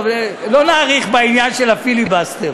טוב, לא נאריך בעניין של הפיליבסטר.